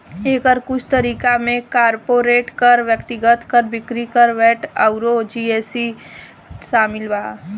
एकर कुछ तरीका में कॉर्पोरेट कर, व्यक्तिगत कर, बिक्री कर, वैट अउर जी.एस.टी शामिल बा